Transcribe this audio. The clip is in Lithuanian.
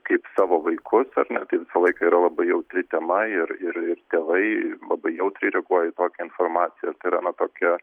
kaip savo vaikus ar ne tai visą laik yra labai jautri tema ir ir ir tėvai labai jautriai reaguoja į kokią informaciją ir tai yra na tokia